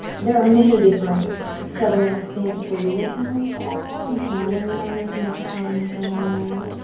there are many different southern accents where you will pronounce the r and kind of lean on it in that charming kind of way.